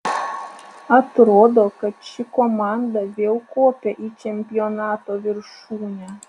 atrodo kad ši komanda vėl kopia į čempionato viršūnę